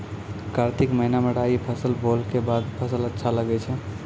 कार्तिक महीना मे राई फसल बोलऽ के बाद फसल अच्छा लगे छै